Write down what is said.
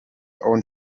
own